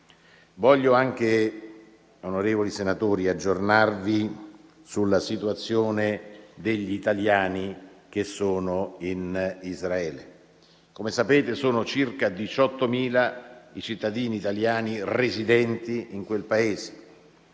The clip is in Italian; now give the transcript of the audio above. di Hamas. Onorevoli senatori, vorrei anche aggiornarvi sulla situazione degli italiani che sono in Israele. Come sapete, sono circa 18.000 i cittadini italiani residenti in quel Paese,